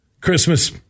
Christmas